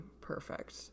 perfect